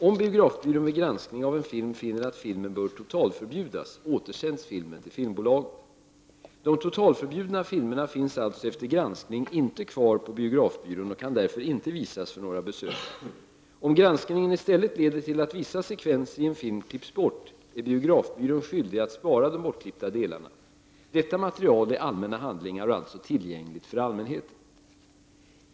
Om biografbyrån vid granskning av en film finner att filmen bör totalförbjudas, återsänds filmen till filmbolaget. De totalförbjudna filmerna finns alltså efter granskning inte kvar på biografbyrån och kan därför inte visas för några besökare. Om granskningen i stället leder till att vissa sekvenser i en film klipps bort är biografbyrån skyldig att spara de bortklippta delarna. Detta material är allmänna handlingar och alltså tillgängliga för allmänheten.